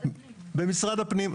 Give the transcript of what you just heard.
במשרד הפנים.